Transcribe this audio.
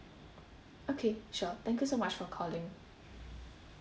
okay sure thank you so much for calling